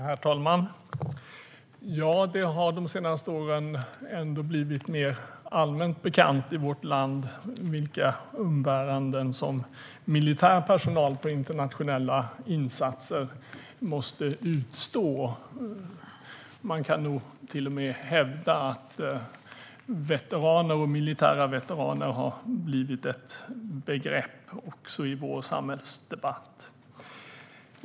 Herr talman! Det har de senaste åren ändå blivit mer allmänt bekant i vårt land vilka umbäranden som militär personal på internationella insatser måste utstå. Man kan nog till och med hävda att veteraner och militära veteraner har blivit ett begrepp också i vår samhällsdebatt.